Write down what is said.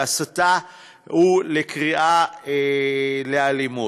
להסתה ולקריאה לאלימות.